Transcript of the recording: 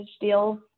deals